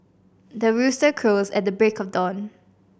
the rooster crows at the break of dawn